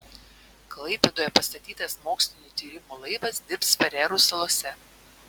klaipėdoje pastatytas mokslinių tyrimų laivas dirbs farerų salose